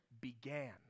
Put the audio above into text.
began